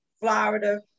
Florida